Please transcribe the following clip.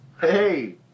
Hey